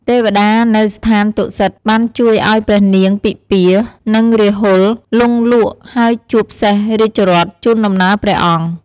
ទេវតានៅស្ថានតុសិតបានជួយឲ្យព្រះនាងពិម្ពា និងរាហុល លង់លក់ ហើយជប់សេះរាជរដ្ឋជូនដំណើរព្រះអង្គ។